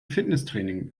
fitnesstraining